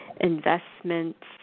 investments